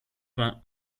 vain